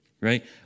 right